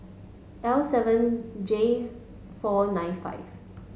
L seven J four nine five